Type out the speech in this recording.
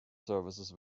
services